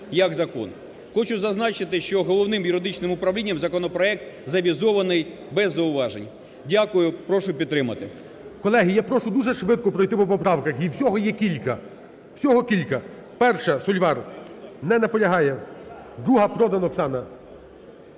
як закон. Хочу зазначити, що Головним юридичним управлінням законопроект завізований без зауважень. Дякую. Прошу підтримати. ГОЛОВУЮЧИЙ. Колеги, я прошу дуже швидко пройти по поправках, їх всього є кілька, всього кілька. 1-а, Сольвар. Не наполягає. 2-а, Продан Оксана.